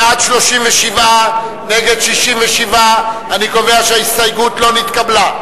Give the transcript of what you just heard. בעד, 37, נגד 67. אני קובע שההסתייגות לא נתקבלה.